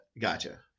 gotcha